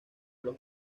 los